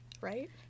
right